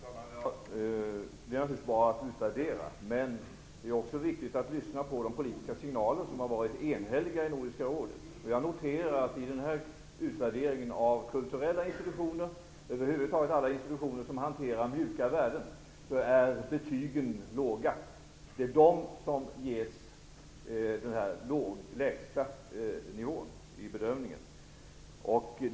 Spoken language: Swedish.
Fru talman! Det är naturligtvis bra att utvärdera, men det är också viktigt att lyssna på de politiska signaler som enhälligt har givits i Nordiska rådet. Jag noterar att betygen i den här utvärderingen är låga på kulturella institutioner och över huvud taget på alla institutioner som hanterar mjuka värden. Det är de som förs till den lägsta nivån i bedömningen.